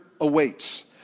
awaits